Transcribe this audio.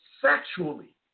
sexually